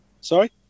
Sorry